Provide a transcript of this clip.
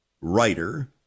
writer